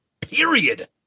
period